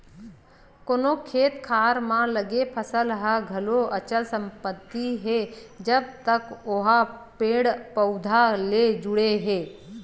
कोनो खेत खार म लगे फसल ह घलो अचल संपत्ति हे जब तक ओहा पेड़ पउधा ले जुड़े हे